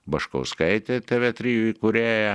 baškauskaitė tv trijų įkūrėja